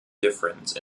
difference